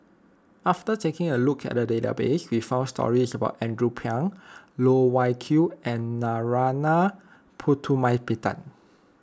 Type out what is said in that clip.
after taking a look at the database we found stories about Andrew Phang Loh Wai Kiew and Narana Putumaippittan